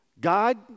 God